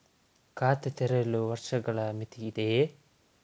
ಖಾತೆ ತೆರೆಯಲು ವರ್ಷಗಳ ಮಿತಿ ಇದೆಯೇ?